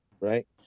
right